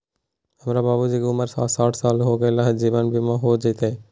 हमर बाबूजी के उमर साठ साल हो गैलई ह, जीवन बीमा हो जैतई?